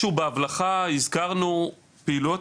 בדרך מסוימת בהבלחה הזכרנו פעילויות